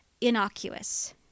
innocuous